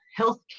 healthcare